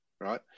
right